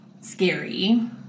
scary